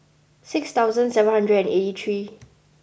six thousand seven hundred and eighty three